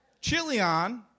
Chilion